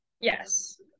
Yes